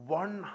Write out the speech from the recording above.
one